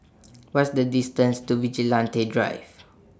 What IS The distance to Vigilante Drive